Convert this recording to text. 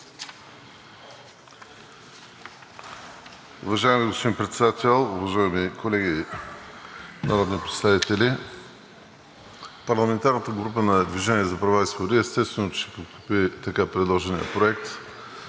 Уважаеми господин Председател, уважаеми колеги народни представители! Парламентарната група на „Движение за права и свободи“, естествено, че ще подкрепи така предложения проект